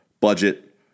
budget